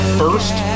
first